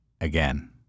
Again